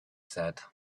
said